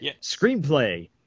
Screenplay